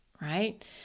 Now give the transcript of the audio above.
Right